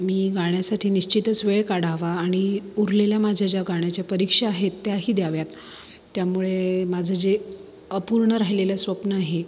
मी गाण्यासाठी निश्चितच वेळ काढावा आणि उरलेल्या माझ्या ज्या गाण्याच्या परीक्षा आहेत त्याही द्याव्यात त्यामुळे माझं जे अपूर्ण राहिलेलं स्वप्न आहे